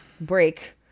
break